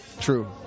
True